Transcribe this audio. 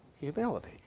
humility